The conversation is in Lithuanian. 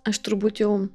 aš turbūt jau